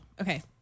okay